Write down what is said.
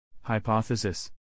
Hypothesis